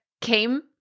came